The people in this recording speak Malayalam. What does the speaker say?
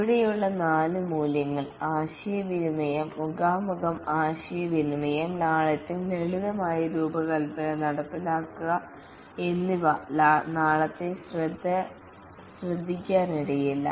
ഇവിടെയുള്ള നാല് മൂല്യങ്ങൾ ആശയവിനിമയം മുഖാമുഖം ആശയവിനിമയം ലാളിത്യം ലളിതമായ രൂപകൽപ്പന നടപ്പിലാക്കുക എന്നിവ നാളത്തെ ശ്രദ്ധിക്കാനിടയില്ല